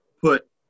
put